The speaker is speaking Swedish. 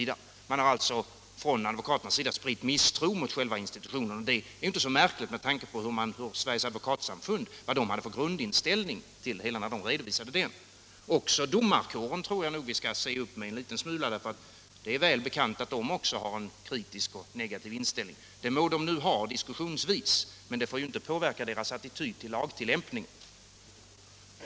Dessa advokater har alltså spritt misstro mot själva institutionen, och det är inte så märkligt med tanke på den grundinställning som Sveriges Advokatsamfund tidigare redovisat. Också domarkåren tror jag vi skall se upp med. Det är väl bekant att den också har en kritisk och negativ inställning. Det må den nu ha diskussionsvis, men det får inte påverka domarnas attityd till lagtillämpningen.